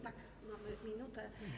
Tak, mamy minutę.